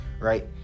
right